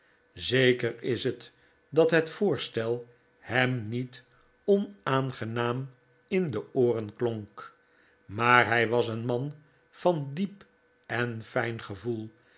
zeker is het dat het voorstel hem niet onaangenaam in de ooren klonk maar hij was een man van diep en fijn gevoel